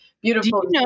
beautiful